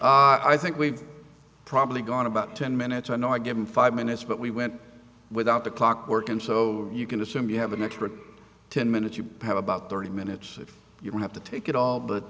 not i think we've probably gone about ten minutes i know i gave him five minutes but we went without the clock working so you can assume you have an extra ten minutes you have about thirty minutes if you don't have to take it all but